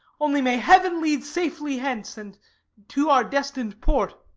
only may heaven lead safely hence and to our destined port!